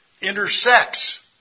intersects